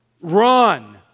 Run